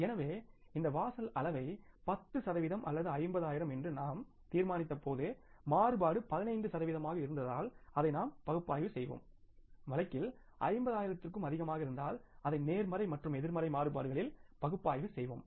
எனவே இந்த வாசல் அளவை 10 சதவிகிதம் அல்லது 50 ஆயிரம் என்று நாம் தீர்மானித்தபோது மாறுபாடு 15 சதவிகிதமாக இருந்தால் அதை நாம் பகுப்பாய்வு செய்வோம் வழக்கில் 50 ஆயிரத்துக்கும் அதிகமாக இருந்தால் அதை நேர்மறை மற்றும் எதிர்மறை மாறுபாடுகளில் பகுப்பாய்வு செய்வோம்